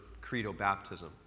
credo-baptism